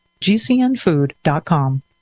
GCNfood.com